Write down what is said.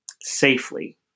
safely